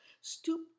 stoop